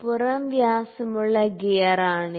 പുറം വ്യാസമുള്ള ഗിയറാണിത്